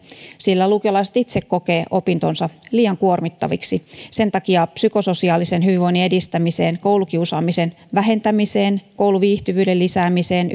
sillä lukiolaiset itse kokevat opintonsa liian kuormittaviksi sen takia psykososiaalisen hyvinvoinnin edistämiseen koulukiusaamisen vähentämiseen kouluviihtyvyyden lisäämiseen